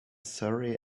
surrey